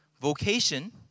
vocation